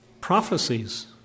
prophecies